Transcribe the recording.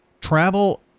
travel